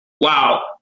wow